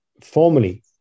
formally